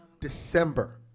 December